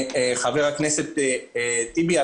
חבר הכנסת טיבי,